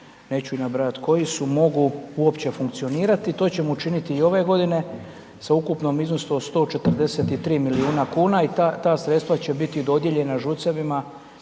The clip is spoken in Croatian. neću ih nabrajati koji su, mogu uopće funkcionirati. To ćemo učiniti i ove godine sa ukupnim iznosom od 143 milijuna kuna i ta sredstva će biti dodijeljena ŽUC-evima